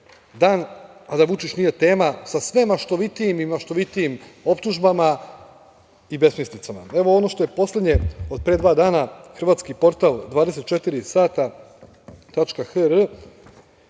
dan a da Vučić nije tema sa sve maštovitijim i maštovitijim optužbama i besmislicama. Evo, ono što je poslednje od pre dva dana, hrvatski portal 24hr